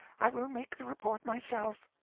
i will make the report myself.